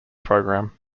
program